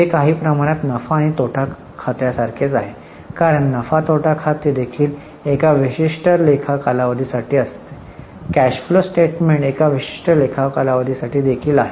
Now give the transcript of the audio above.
हे काही प्रमाणात नफा आणि तोटा खाते सारखेच आहे कारण नफा आणि तोटा खाते देखील एका विशिष्ट लेखा कालावधी साठी आहे कॅश फ्लो स्टेटमेंट एका विशिष्ट लेखा कालावधी साठी देखील आहे